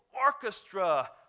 orchestra